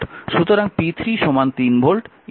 সুতরাং p3 3 volt 3 ampere